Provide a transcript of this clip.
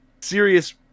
serious